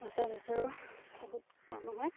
মচৰ চচৰো বহুত কম হয়